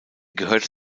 gehörte